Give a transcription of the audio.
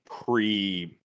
pre